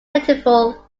plentiful